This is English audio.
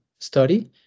study